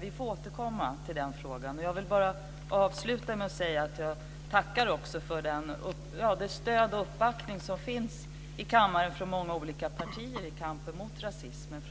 Vi får återkomma till den frågan. Jag vill bara avsluta med att säga att jag tackar för det stöd och den uppbackning som finns i kammaren från många olika partier i kampen mot rasismen.